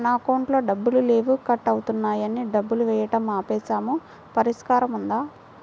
నా అకౌంట్లో డబ్బులు లేవు కట్ అవుతున్నాయని డబ్బులు వేయటం ఆపేసాము పరిష్కారం ఉందా?